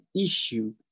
issue